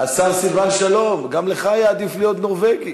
השר סילבן שלום, גם לך היה עדיף להיות נורבגי?